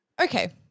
Okay